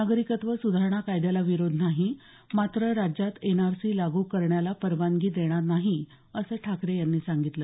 नागरिकत्व सुधारणा कायद्याला विरोध नाही मात्र राज्यात एनआरसी लागू करण्याला परवानगी देणार नाही असं ठाकरे यांनी सांगितलं